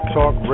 Talk